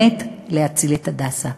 ובאמת להציל את "הדסה".